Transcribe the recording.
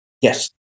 Yes